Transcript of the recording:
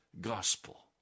gospel